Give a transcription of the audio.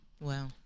Wow